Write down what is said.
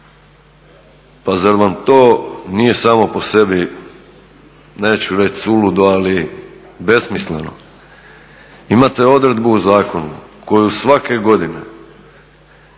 pa zar vam to nije samo po sebi, neću reći suludo, ali besmisleno? Imate odredbu u zakonu koju svake godine